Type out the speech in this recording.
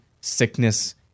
sickness